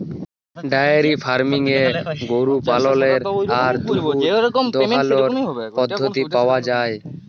diary ফার্মিংয়ে গরু পাললের আর দুহুদ দহালর পদ্ধতি পাউয়া যায়